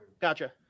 Gotcha